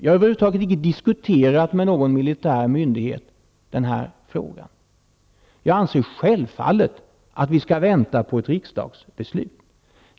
Jag har över huvud taget icke diskuterat den här frågan med någon militär myndighet. Jag anser självfallet att vi skall vänta på ett riksdagsbeslut.